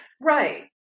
Right